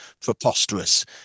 preposterous